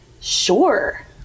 Sure